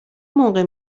موقع